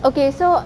okay so